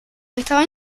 estaba